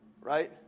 right